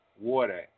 water